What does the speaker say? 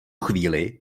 chvíli